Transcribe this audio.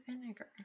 vinegar